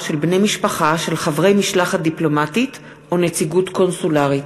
של בני משפחה של חברי משלחת דיפלומטית או נציגות קונסולרית.